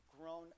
grown